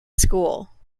school